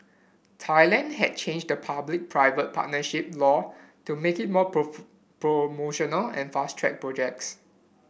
Thailand has changed the public private partnership law to make it more promotional and fast track project